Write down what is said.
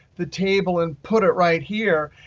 the table and put it right here,